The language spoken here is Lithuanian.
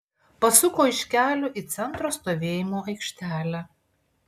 pasuko iš kelio į centro stovėjimo aikštelę